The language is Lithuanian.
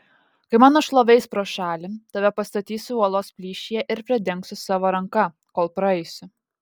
kai mano šlovė eis pro šalį tave pastatysiu uolos plyšyje ir pridengsiu savo ranka kol praeisiu